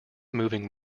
moving